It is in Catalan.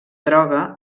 droga